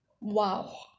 Wow